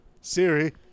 Siri